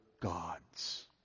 gods